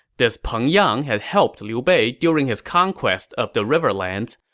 this peng yang had helped liu bei during his conquest of the riverlands,